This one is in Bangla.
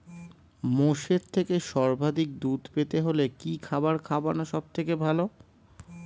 মোষের থেকে সর্বাধিক দুধ পেতে হলে কি খাবার খাওয়ানো সবথেকে ভালো?